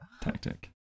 tactic